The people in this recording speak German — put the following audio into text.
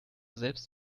selbst